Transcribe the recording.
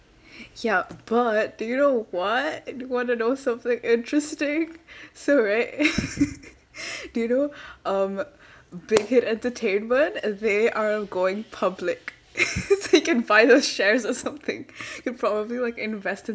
yup but do you know what you want to know something interesting so right do you know um big hit entertainment they are going public so you can find the shares or something you'd probably like invest in